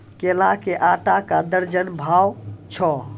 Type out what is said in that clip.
केला के आटा का दर्जन बाजार भाव छ?